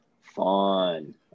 Fun